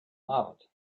out